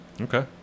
Okay